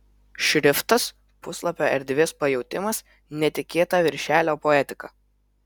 šriftas puslapio erdvės pajautimas netikėta viršelio poetika